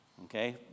Okay